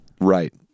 Right